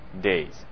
days